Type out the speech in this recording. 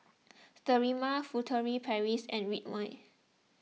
Sterimar Furtere Paris and Ridwind